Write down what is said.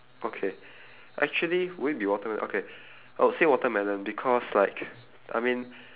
okay actually will it be water~ okay I would say watermelon because like I mean